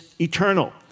eternal